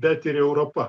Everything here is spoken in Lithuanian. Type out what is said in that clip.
bet ir europa